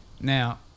Now